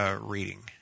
reading